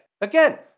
Again